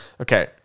Okay